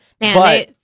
Man